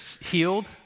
healed